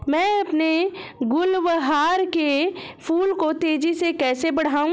मैं अपने गुलवहार के फूल को तेजी से कैसे बढाऊं?